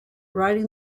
writing